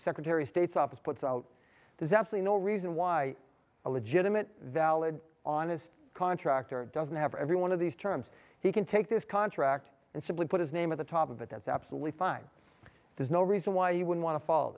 secretary of state's office puts out there's actually no reason why a legitimate valid honest contractor doesn't have every one of these terms he can take this contract and simply put his name at the top of it that's absolutely fine there's no reason why you would want to foll